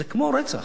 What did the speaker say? זה כמו רצח.